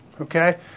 okay